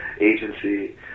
agency